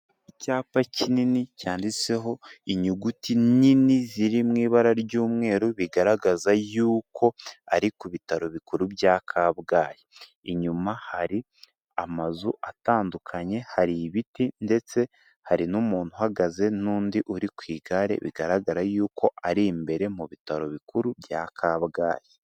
Icyapa kinini cyanditseho inyuguti nini ziri mu ibara ry'umweru, bigaragaza yuko ari ku bitaro bikuru bya Kabgayi, inyuma hari amazu atandukanye, hari ibiti, ndetse hari n'umuntu uhagaze, n'undi uri ku igare, bigaragara yuko ari imbere mu bitaro bikuru bya Kabgayi.